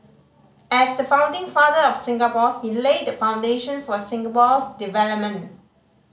as the founding father of Singapore he laid the foundation for Singapore's development